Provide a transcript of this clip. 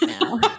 now